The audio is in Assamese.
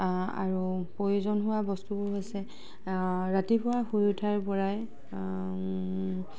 আৰু প্ৰয়োজন হোৱা বস্তুবোৰ হৈছে ৰাতিপুৱা শুই উঠাৰপৰাই